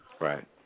Right